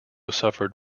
suffered